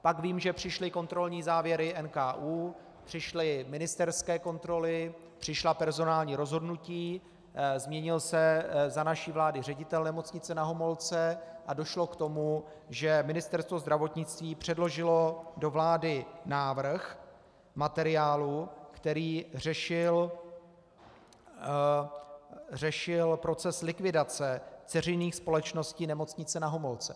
Pak vím, že přišly kontrolní závěry NKÚ, přišly ministerské kontroly, přišla personální rozhodnutí, změnil se za naší vlády ředitel Nemocnice Na Homolce a došlo k tomu, že Ministerstvo zdravotnictví předložilo do vlády návrh materiálu, který řešil proces likvidace dceřiných společností Nemocnice Na Homolce.